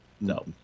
No